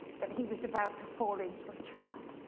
that he was about to fall into a trap.